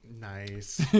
Nice